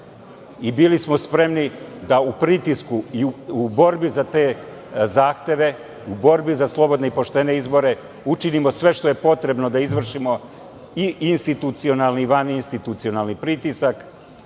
Bili smo spremni da u pritisku, da u borbi za te zahteve, u borbi za slobodne i poštene izbore, učinimo sve što je potrebno da izvršimo i institucionalni i vaninstitucionalni pritisak.